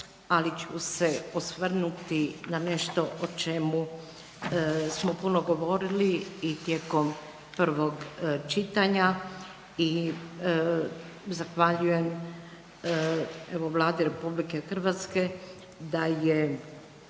ali ću se osvrnuti na nešto o čemu smo puno govorili i tijekom prvog čitanja. Zahvaljujem Vladi RH da je